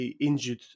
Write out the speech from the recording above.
injured